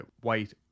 white